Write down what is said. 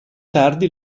tardi